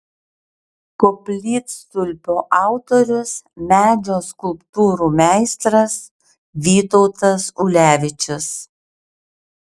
koplytstulpio autorius medžio skulptūrų meistras vytautas ulevičius